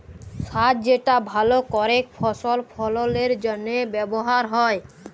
সার যেটা ভাল করেক ফসল ফললের জনহে ব্যবহার হ্যয়